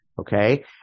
okay